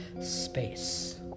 Space